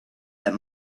that